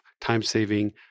time-saving